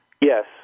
Yes